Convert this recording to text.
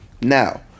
Now